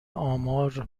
آمار